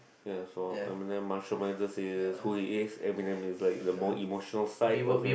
therefore Eminem is who he is Eminem is like the more emotional side of him